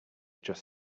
just